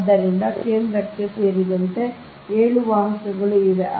ಆದ್ದರಿಂದ ಕೇಂದ್ರ ಸೇರಿದಂತೆ 7 ವಾಹಕಗಳು ಇವೆ